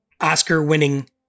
Oscar-winning